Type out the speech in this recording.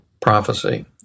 prophecy